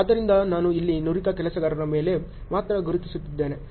ಆದ್ದರಿಂದ ನಾನು ಇಲ್ಲಿ ನುರಿತ ಕೆಲಸಗಾರರ ಮೇಲೆ ಮಾತ್ರ ಗುರುತಿಸಿದ್ದೇನೆ